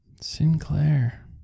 Sinclair